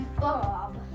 Bob